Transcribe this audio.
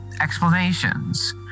Explanations